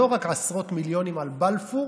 לא רק עשרות מיליונים על בלפור,